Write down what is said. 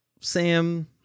Sam